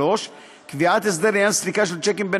3. קביעת הסדר לעניין סליקה של שיקים בין